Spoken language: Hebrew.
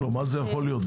מה זה יכול להיות?